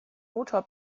motor